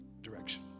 direction